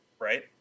right